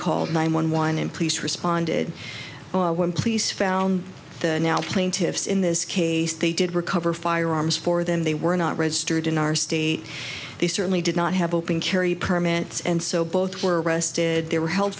called nine one one and police responded police found the now plaintiffs in this case they did recover firearms for them they were not registered in our state they certainly did not have open carry permits and so both were arrested they were held